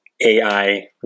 AI